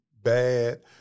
bad